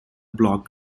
block